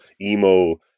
emo